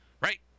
right